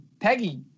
Peggy